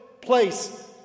place